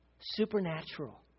supernatural